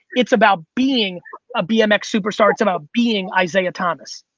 it's about being a bmx superstar. it's about being isaiah thomas,